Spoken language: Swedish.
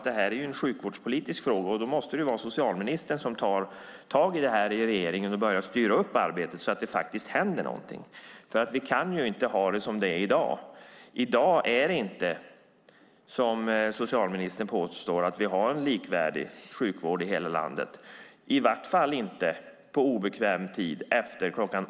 Det här är en sjukvårdspolitisk fråga, och då måste det vara socialministern som tar tag i detta i regeringen och börjar styra upp arbetet så att det händer någonting. Vi kan inte ha det som det är i dag. I dag har vi inte en likvärdig sjukvård i hela landet, som socialministern påstår, i alla fall inte på obekväm tid efter kl.